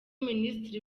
minisitiri